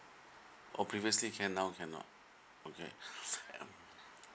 oh previously can now cannot okay